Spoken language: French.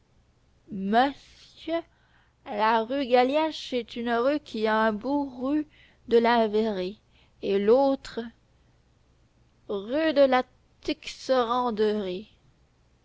monsieur la rue galiache est une rue qui a un bout rue de la verrerie et l'autre rue de la tixeranderie